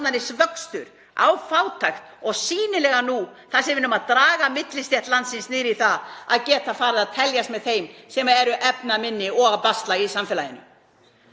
eins vöxtur á fátækt og sýnilega nú þar sem við erum að draga millistétt landsins niður í það að geta farið að teljast með þeim sem eru efnaminni og basla í samfélaginu.